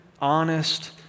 honest